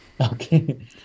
Okay